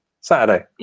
Saturday